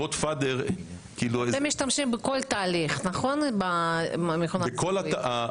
אתם משתמשים בכל תהליך במכונת זיהוי, נכון?